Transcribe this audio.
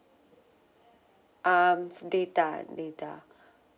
um for data data